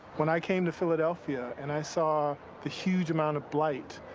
when i came to philadelphia and i saw the huge amount of blight,